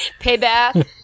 Payback